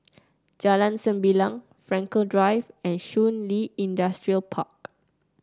Jalan Sembilang Frankel Drive and Shun Li Industrial Park